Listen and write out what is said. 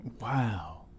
Wow